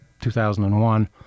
2001